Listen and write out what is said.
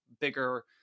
bigger